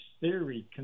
theory